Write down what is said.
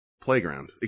playground